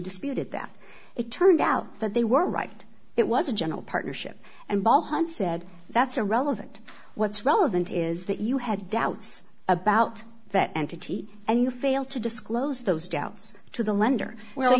disputed that it turned out that they were right it was a general partnership and ball hunt said that's irrelevant what's relevant is that you had doubts about that entity and you failed to disclose those doubts to the lender well